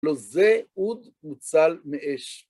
לא, זה אוד מוצל מאש.